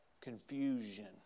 confusion